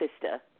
sister